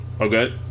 Okay